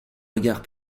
regard